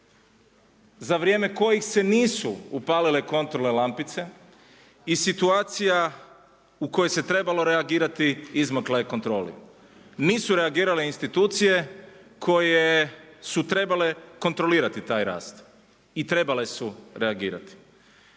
za vrijeme kojih se nisu upalile kontrolne lampice i situacija u kojoj se trebalo reagirati izmakla je kontroli. Nisu reagirale institucije koje su trebale kontrolirati taj rast i trebale su reagirati.